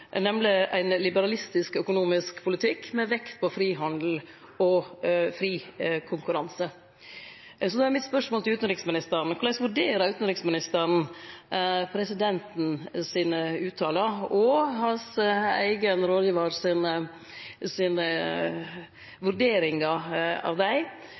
nemleg ein liberalistisk økonomisk politikk med vekt på frihandel og fri konkurranse. Da er mitt spørsmål til utanriksministeren: Korleis vurderer utanriksministeren utsegnene til den nye presidenten og vurderingane av dei frå utanriksministeren sin